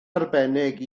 arbennig